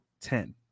ten